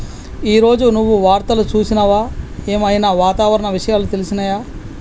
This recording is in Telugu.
ఈ రోజు నువ్వు వార్తలు చూసినవా? ఏం ఐనా వాతావరణ విషయాలు తెలిసినయా?